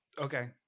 Okay